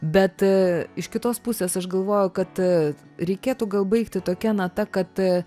bet iš kitos pusės aš galvoju kad reikėtų gal baigti tokia nata kad